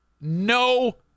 No